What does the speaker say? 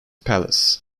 palace